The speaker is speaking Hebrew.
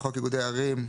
3א: "בחוק איגודי ערים,